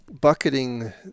bucketing